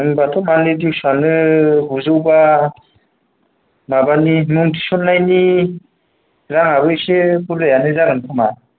होनबाथ' मान्थलि दिउसआनो गुजौबा मुं थिसननायनि माबा राङाबो एसे बुरजायानो जागोन खोमा